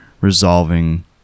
resolving